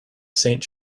saint